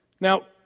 Now